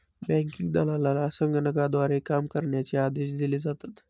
banking दलालाला संगणकाद्वारे काम करण्याचे आदेश दिले जातात